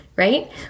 Right